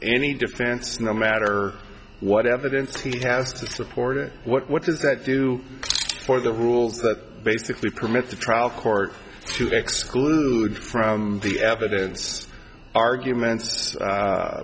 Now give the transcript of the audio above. any defense no matter what evidence he has to support it what does that do for the rules that basically permit the trial court to exclude from the evidence arguments